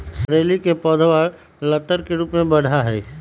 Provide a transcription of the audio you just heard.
करेली के पौधवा लतर के रूप में बढ़ा हई